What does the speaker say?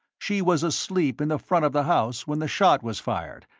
she was asleep in the front of the house when the shot was fired,